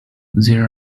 there